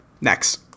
Next